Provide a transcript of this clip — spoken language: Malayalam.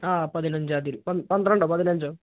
ആ പതിനഞ്ചാം തീയതി പന്ത്രണ്ടോ പതിനഞ്ചോ